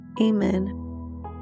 Amen